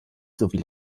sowie